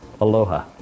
Aloha